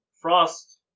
Frost